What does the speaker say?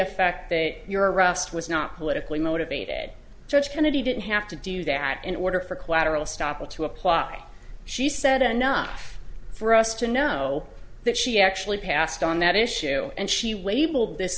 effect that your arrest was not politically motivated judge kennedy didn't have to do that in order for collateral stoppel to apply she said enough for us to know that she actually passed on that issue and she